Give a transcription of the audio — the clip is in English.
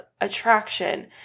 attraction